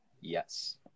Yes